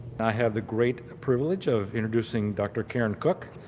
i have the great privilege of introducing dr. karon cook.